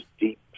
deep